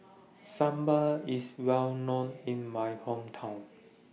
Sambal IS Well known in My Hometown